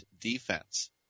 defense